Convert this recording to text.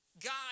God